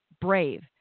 brave